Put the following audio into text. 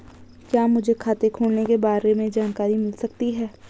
क्या मुझे खाते खोलने के बारे में जानकारी मिल सकती है?